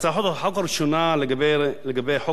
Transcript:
לגבי חוק הרשות השנייה לטלוויזיה ורדיו,